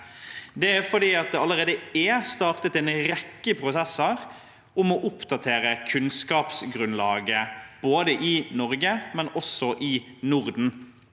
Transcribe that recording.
Det er fordi det allerede er startet en rekke prosesser om å oppdatere kunnskapsgrunnlaget, både i Norge og i Norden,